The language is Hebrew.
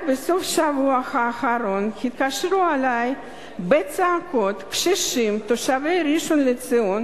רק בסוף השבוע האחרון התקשרו אלי בצעקות קשישים תושבי ראשון-לציון